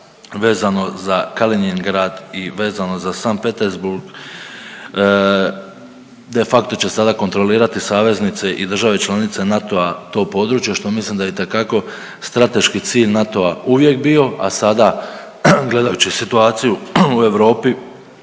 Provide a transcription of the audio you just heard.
vezano za Kalinjingrad i vezano za Sankt Petersburg de facto će sada kontrolirati saveznice i države članice NATO-a to područje što mislim da je itekako strateški cilj NATO-a uvijek bio, a sada gledajući situaciju u Europi